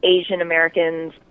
Asian-Americans